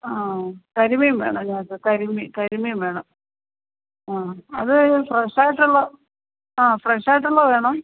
ആ കരിമീൻ വേണം ഞങ്ങൾക്ക് കരിമീൻ കരിമീൻ വേണം ആ അത് ഫ്രഷായിട്ടുള്ള ആ ഫ്രഷായിട്ടുള്ള വേണം